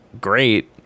great